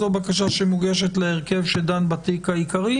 זאת בקשה שמוגשת להרכב שדן בתיק העיקרי,